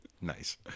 Nice